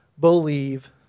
believe